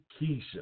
Keisha